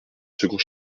second